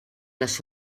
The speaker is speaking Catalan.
les